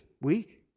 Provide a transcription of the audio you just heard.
week